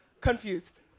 confused